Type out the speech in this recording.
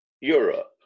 Europe